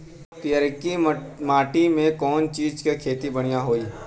पियरकी माटी मे कउना चीज़ के खेती बढ़ियां होई?